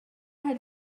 had